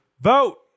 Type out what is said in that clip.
vote